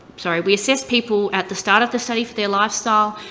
sorry. we assessed people at the start of the study for their lifestyle,